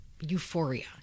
Euphoria